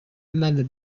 another